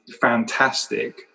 fantastic